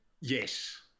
Yes